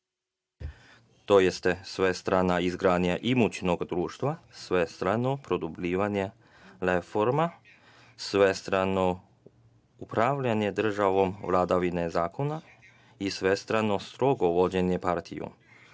to jeste svestrana izgradnja imućnog društva, svestrano produbljivanje reforma, svestrano upravljanje državom, vladavine zakona i svestrano strogo vođenje partijom.